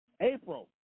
April